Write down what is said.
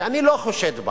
שאני לא חושד בה